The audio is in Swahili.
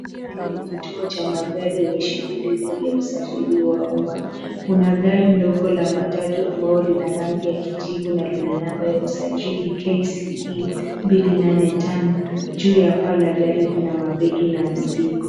Hili ni kituo cha magari yenye shughuli nyingi za usafiri wa umma. Kuna gari dogo la matatu ambalo lina rangi ya kijivu na lina namba ya usajili KCE 285. Juu ya paa la gari kuna mabegi na mizigo.